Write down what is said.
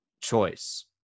choice